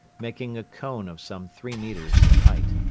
making a cone of some three metres in height.